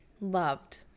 Loved